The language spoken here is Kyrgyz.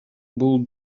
бул